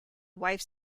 wife